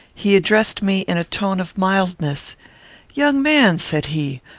he addressed me in a tone of mildness young man, said he,